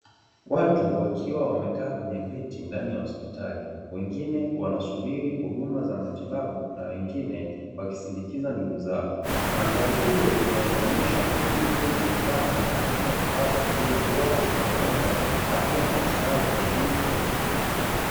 Watu wakiwa wamekaa kwenye viti ndani ya hospitali, wengine wanasubiri huduma za matibabu na wengine wakisindikiza ndugu zao, madhari hiyo inayoonyesha utulivu na nidhamu katika kupata huduma bora, zinazolenga afya na ustawi wa jamii kwa ujumla